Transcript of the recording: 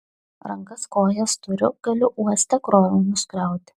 rankas kojas turiu galiu uoste krovinius krauti